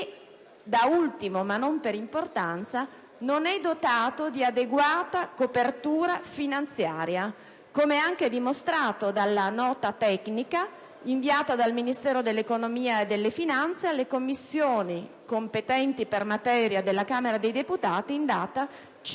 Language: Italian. Da ultimo, ma non per importanza, esso non è dotato di adeguata copertura finanziaria, come dimostrato anche dalla Nota tecnica inviata dal Ministero dell'economia e delle finanze alle Commissioni competenti per materia della Camera dei deputati, in data 5